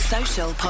Social